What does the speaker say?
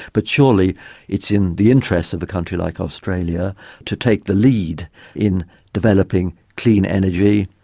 but surely it's in the interest of a country like australia to take the lead in developing clean energy,